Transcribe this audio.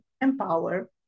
empower